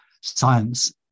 science